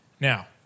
Now